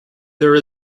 there